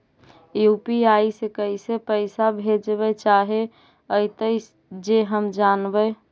UPI से कैसे पैसा भेजबय चाहें अइतय जे हम जानबय?